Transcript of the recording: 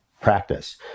practice